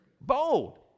Bold